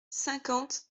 cinquante